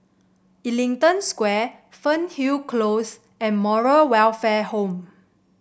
Ellington Square Fernhill Close and Moral Welfare Home